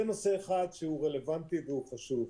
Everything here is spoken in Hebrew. זה נושא אחד שהוא רלוונטי והוא חשוב.